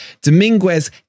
Dominguez